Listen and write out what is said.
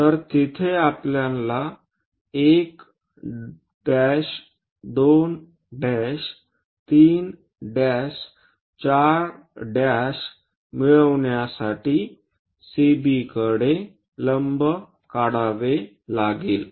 तर तेथे आपल्याला 1 2 3 4 मिळविण्यासाठी CBकडे लंब काढावे लागेल